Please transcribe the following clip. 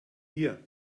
hier